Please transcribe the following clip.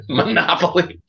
monopoly